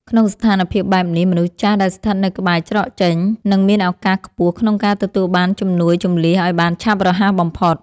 ក្នុងស្ថានភាពបែបនេះ មនុស្សចាស់ដែលស្ថិតនៅក្បែរច្រកចេញ នឹងមានឱកាសខ្ពស់ក្នុងការទទួលបានជំនួយជម្លៀសឱ្យបានឆាប់រហ័សបំផុត។